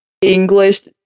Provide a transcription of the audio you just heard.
english